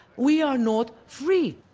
we are not free!